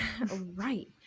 Right